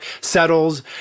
settles